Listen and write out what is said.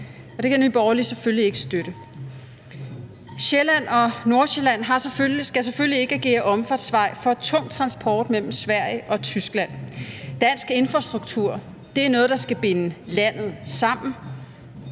det kan Nye Borgerlige selvfølgelig ikke støtte. Sjælland og Nordsjælland skal selvfølgelig ikke agere omfartsvej for tung transport mellem Sverige og Tyskland. Dansk infrastruktur er noget, der skal binde landet sammen.